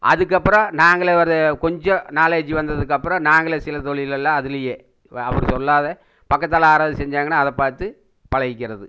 அதுக்கப்புறம் நாங்களே ஒரு கொஞ்சம் நாலேட்ஜ் வந்ததுக்கப்புறம் நாங்களே சில தொழிளெல்லாம் அதுலேயே வா அவரு சொல்லாத பக்கத்தில் யாராவது செஞ்சாங்கன்னா அதை பார்த்து பழகிக்கிறது